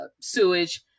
sewage